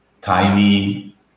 tiny